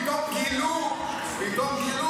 פתאום גילו שהוא,